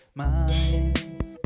minds